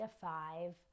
five